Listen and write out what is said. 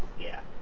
yeah.